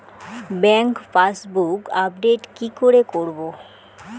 Bank passbook update কি করে করবো?